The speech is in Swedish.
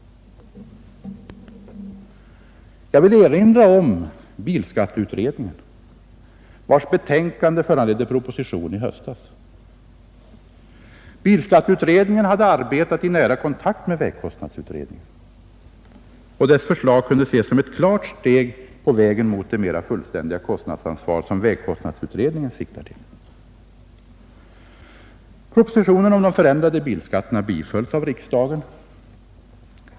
Jag vill erinra om bilskatteutredningen, vars betänkande föranledde proposition i höstas. Bilskatteutredningen hade arbetat i nära kontakt med vägkostnadsutredningen, och dess förslag kunde ses som ett klart steg på vägen mot det mera fullständiga kostnadsansvar som vägkostnadsutredningen siktar till.